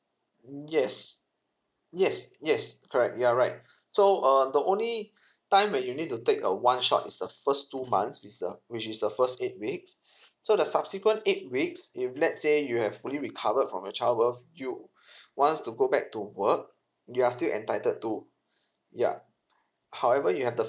yes yes yes correct you're right so uh the only time when you need to take a one shot is the first two months is the which is the first eight weeks so the subsequent eight weeks if let's say you have fully recovered from your child birth you wants to go back to work you are still entitled to ya however you have the